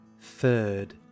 third